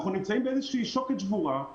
אנחנו נמצאים באיזושהי שוקת שבורה.